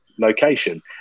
Location